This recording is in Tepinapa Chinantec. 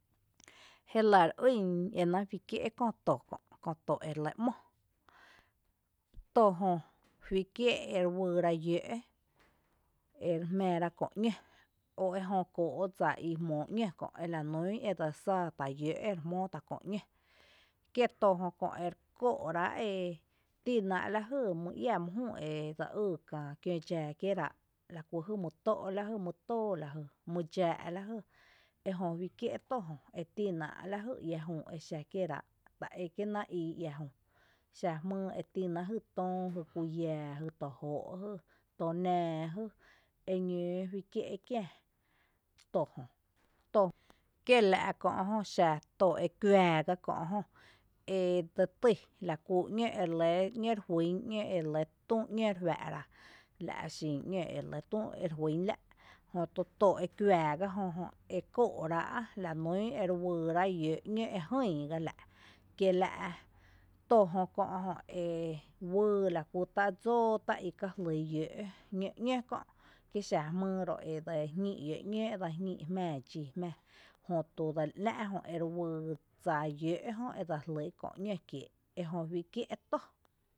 Jélⱥ re ýn e náa’ juí kié’ köö to kö, to ere lɇ ´mó, tojö juí kié’ ere uyyra yǿǿ’ ere jmⱥⱥ ra köö ‘ñǿ o ejö kóo’ dsa i jmóo ‘ñǿ kö’ elanún e dse sáa tá’ yǿǿ’ ere jmóot’a’ köö ‘ñǿ, kie’ tojö Kö ekoo’ráa’ etínaa’ lajy mýyý iⱥ mýjü edse yý kää kiǿ dxaa kieerá’ lakú jý mý tó’ lajy, lajy my tóoó, lajy mi dxⱥⱥ lajy, ejö juí kié’ tójö etínaá’ iⱥjü exa kiéerá’, taé kie’ náa’ ii iäjü, xa jmýy etínáa’ jy töó jy kuiⱥⱥ jy to jóo’ jy, jy tö nⱥⱥ j, e ñǿǿ juí kié’ kiä tojö, kiela’ jö xato e kuⱥⱥ ga kö’ jö edse tý lakú ´ñe ere juín ere le tü ‘ñǿ´re juⱥⱥ’ ra, la’ xin ‘ñǿ ere lé tü ere juýn lá’, jötu to e kuⱥⱥ gájö jö ekóo’rá’ lanún ere uyyrá’ yǿǿ’ ´ñǿ jÿÿ gá la’, kiela’ to jö uyy lakú tá’ dsóo tá’ y ka jlí yǿǿ’ ´ñǿ, kí xa jmýy edse jñíi yǿǿ’ ´ñǿ i jmⱥⱥ dxí jmⱥⱥ jötu dseli ‘ná’ uyy dsa yǿǿ’ jö edse jlí kö’ yǿǿ’ ñǿ kiee’ ejö juí kié’ to.